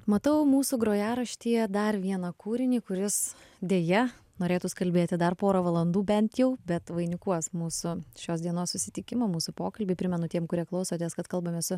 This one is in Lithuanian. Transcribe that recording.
matau mūsų grojaraštyje dar vieną kūrinį kuris deja norėtųs kalbėti dar porą valandų bent jau bet vainikuos mūsų šios dienos susitikimą mūsų pokalbį primenu tiem kurie klausotės kad kalbame su